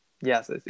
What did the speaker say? yes